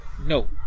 No